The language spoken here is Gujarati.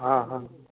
હા હા